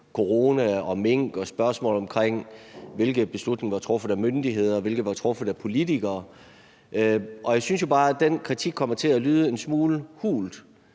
corona og mink, og der var spørgsmål om, hvilke beslutninger der var truffet af myndigheder, og hvilke der var truffet af politikere. Jeg synes jo bare, at den kritik kommer til at klinge en smule hult,